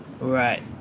right